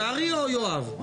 מי, קרעי או יואב?